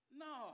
no